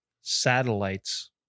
satellites